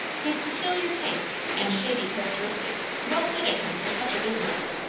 whose peculiar tastes and shady characteristics well fitted him for such a business.